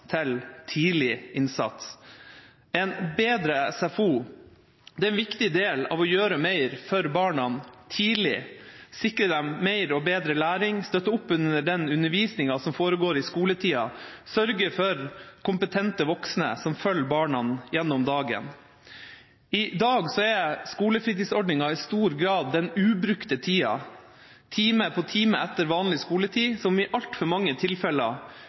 til tidlig innsats. En bedre SFO er en viktig del av å gjøre mer for barna tidlig, sikre dem mer og bedre læring, støtte opp under den undervisningen som foregår i skoletida, og sørge for kompetente voksne som følger barna gjennom dagen. I dag er skolefritidsordningen i stor grad den ubrukte tida – time på time etter vanlig skoletid som i altfor mange tilfeller